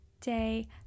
day